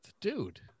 Dude